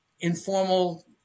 informal